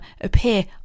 appear